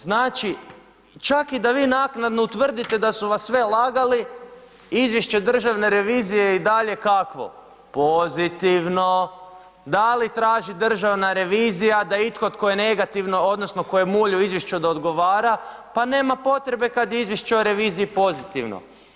Znači, čak i da vi naknadno utvrdite da su vas sve lagali, izvješće Državne revizije je i dalje, kakvo, pozitivno, da li traži Državna revizija da itko tko je negativno odnosno tko je muljo u izvješću da odgovara, pa nema potrebe kad je izvješće o reviziji pozitivno.